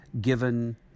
given